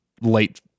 late